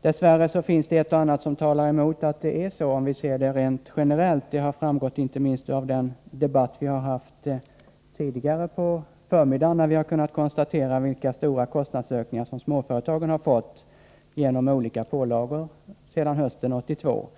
Dess värre finns det ett och annat som talar emot att det är så, om vi ser det rent generellt. Detta har framgått inte minst av den debatt vi har haft tidigare på förmiddagen, då vi har kunnat konstatera vilka stora kostnadsökningar som småföretagen har fått genom olika pålagor sedan hösten 1982.